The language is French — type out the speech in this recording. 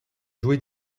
joué